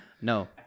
No